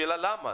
השאלה למה.